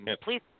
please